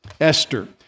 Esther